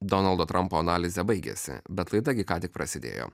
donaldo trampo analizė baigėsi bet laida gi ką tik prasidėjo